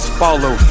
follow